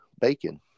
bacon